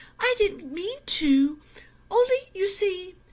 i didn't mean to only, you see,